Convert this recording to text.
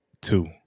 two